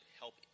help